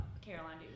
Caroline